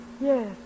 Yes